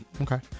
okay